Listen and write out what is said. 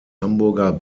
hamburger